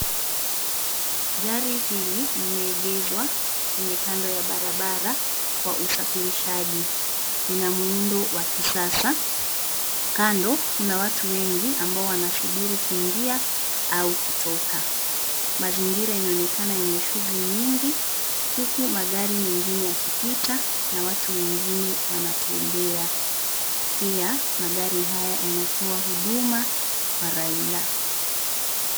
Gari hili limeegezwa, kwenye kando ya barabara, kwa usafirishaji, lina muundo wa kisasa, kando kuna watu wengi ambao wanasubiri kuingia, au kutoka, mazingira inaonekana yenye shughuli nyingi, huku magari mengine yakipita, na watu wengine wanatembea, pia, magari haya yanatoa huduma, kwa raia.